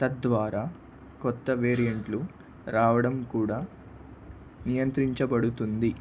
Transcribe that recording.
తద్వారా కొత్త వేరియంట్లు రావడం కూడా నియంత్రించబడుతుంది